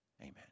amen